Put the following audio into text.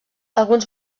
alguns